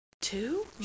Two